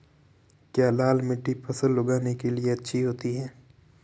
क्या लाल मिट्टी फसल उगाने के लिए अच्छी होती है?